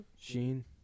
Sheen